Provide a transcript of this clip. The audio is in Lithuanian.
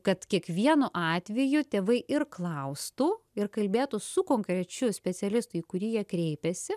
kad kiekvienu atveju tėvai ir klaustų ir kalbėtų su konkrečiu specialistu į kurį jie kreipėsi